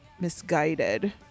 misguided